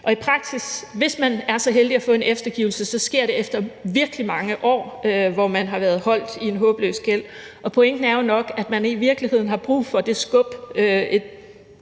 Og hvis man er så heldig at få en eftergivelse, sker det i praksis efter virkelig mange år, hvor man har været holdt i en håbløs gæld, og pointen er jo nok, at man i virkeligheden har brug for det skub